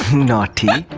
naughty!